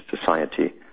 society